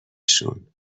شون